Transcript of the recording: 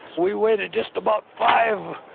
we waited just about five,